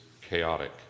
chaotic